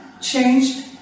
changed